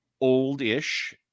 old-ish